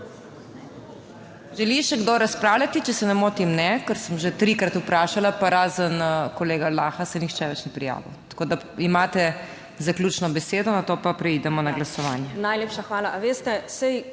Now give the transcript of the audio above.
Želi še kdo razpravljati? Če se ne motim, ne, ker sem že trikrat vprašala, pa se razen kolega Laha nihče več ni prijavil, tako da imate zaključno besedo, nato pa preidemo na glasovanje. MAG. URŠKA KLAKOČAR